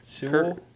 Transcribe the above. Kirk